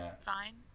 fine